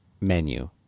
menu